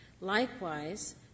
Likewise